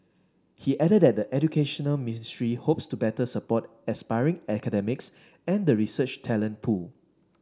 he added that the Educational Ministry hopes to better support aspiring academics and the research talent pool